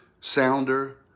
Sounder